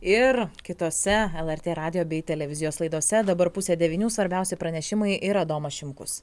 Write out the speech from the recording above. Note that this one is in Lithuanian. ir kitose lrt radijo bei televizijos laidose dabar pusę devynių svarbiausi pranešimai ir adomas šimkus